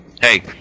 Hey